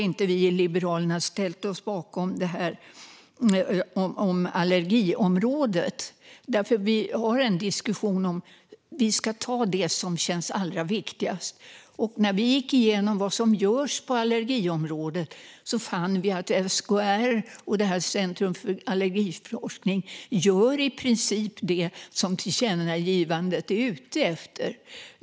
Vi i Liberalerna har inte ställt oss bakom det här om allergiområdet. Vi har en diskussion om att vi ska ta det som känns allra viktigast, och när vi gick igenom vad som görs på allergiområdet fann vi att SKR och Centrum för Allergiforskning gör i princip det som tillkännagivandet är ute efter.